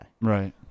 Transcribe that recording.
right